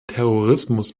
terrorismus